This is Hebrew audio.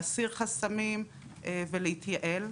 להסיר חסמים ולהתייעל.